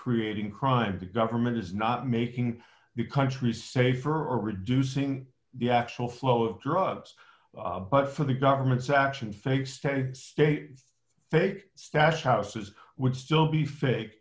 creating crime the government is not making the country safer or reducing the actual flow of drugs but for the government's actions thanks to stay fake stash houses would still be fake